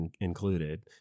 included